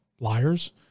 liars